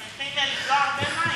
אתם צריכים לבלוע הרבה מים.